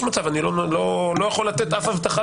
יש מצב אני לא יכול לתת הבטחה,